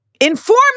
informing